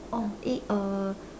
oh eh uh